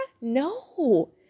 No